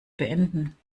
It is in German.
beenden